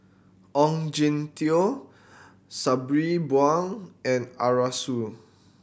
Ong Jin Teong Sabri Buang and Arasu